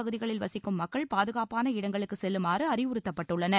பகுதிகளில் வசிக்கும் மக்கள் பாதுகாப்பான இடங்களுக்கு செல்லுமாறு தாழ்வான அறிவுறுத்தப்பட்டுள்ளனர்